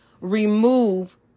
remove